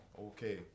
Okay